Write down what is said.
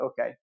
okay